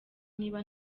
niba